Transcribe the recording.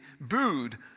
booed